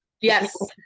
yes